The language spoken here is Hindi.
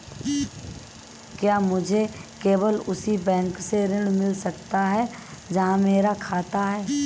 क्या मुझे केवल उसी बैंक से ऋण मिल सकता है जहां मेरा खाता है?